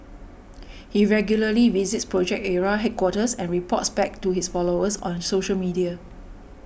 he regularly visits Project Ara headquarters and reports back to his followers on social media